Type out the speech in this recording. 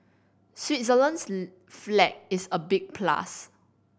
Switzerland's flag is a big plus